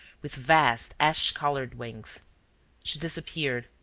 with vast, ash-colored wings she disappeared,